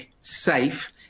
safe